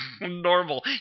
Normal